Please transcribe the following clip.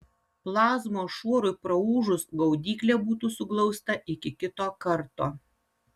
plazmos šuorui praūžus gaudyklė būtų suglausta iki kito karto